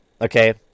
okay